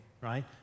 right